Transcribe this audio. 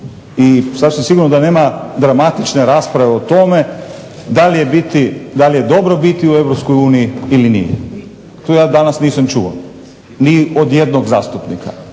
i sasvim sigurno da nema dramatične rasprave o tome da li je dobro biti u Europskoj uniji ili nije. To ja danas nisam čuo ni od jednog zastupnika.